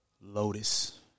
Lotus